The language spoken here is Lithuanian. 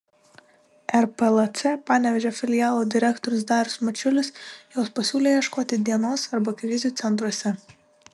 rplc panevėžio filialo direktorius darius mačiulis jos pasiūlė ieškoti dienos arba krizių centruose